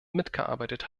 mitgearbeitet